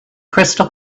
crystal